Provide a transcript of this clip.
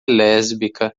lésbica